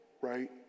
right